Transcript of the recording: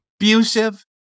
abusive